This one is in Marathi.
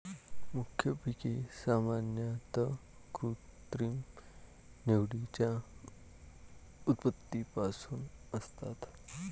मुख्य पिके सामान्यतः कृत्रिम निवडीच्या उत्पत्तीपासून असतात